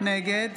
נגד